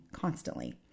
constantly